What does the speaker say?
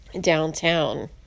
downtown